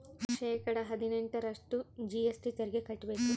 ಶೇಕಡಾ ಹದಿನೆಂಟರಷ್ಟು ಜಿ.ಎಸ್.ಟಿ ತೆರಿಗೆ ಕಟ್ಟ್ಬೇಕು